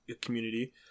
community